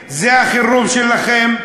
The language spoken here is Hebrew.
ומוציא אותי,